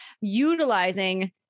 Utilizing